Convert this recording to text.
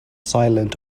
silent